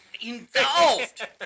Involved